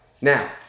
now